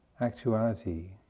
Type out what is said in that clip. actuality